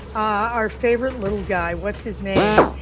our favorite little guy, what's his name?